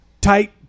tight